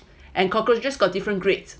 and cockroaches got different grades